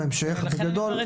גם אני הגעתי